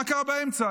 מה קרה באמצע?